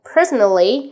Personally